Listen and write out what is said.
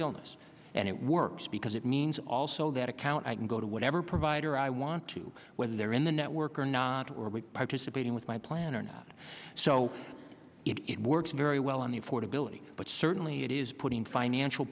illness and it works because it means also that account i can go to whatever provider i want to whether they're in the network or not or participating with my plan or not so it works very well on the affordability but certainly it is putting financial